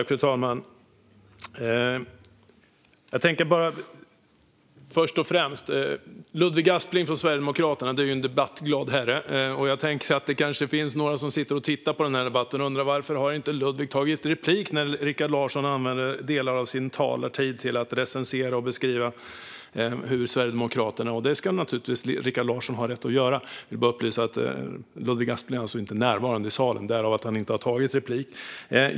Fru talman! Först och främst - Ludvig Aspling från Sverigedemokraterna är en debattglad herre. Några som sitter och tittar på den här debatten kanske undrar varför Ludvig inte har begärt replik när Rikard Larsson använder delar av sin talartid till att recensera och beskriva Sverigedemokraternas politik. Det ska Rikard Larsson naturligtvis ha rätt att göra. Jag vill bara upplysa om att Ludvig Aspling inte är närvarande i salen; därför har han inte begärt replik.